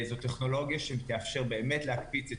זו טכנולוגיה שתאפשר באמת להקפיץ את